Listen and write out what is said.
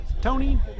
Tony